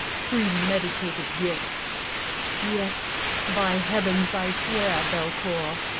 premeditated guilt yet by heavens i swear, belcour,